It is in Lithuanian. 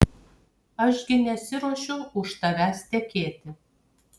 aš gi nesiruošiu už tavęs tekėti